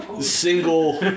single